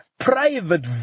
private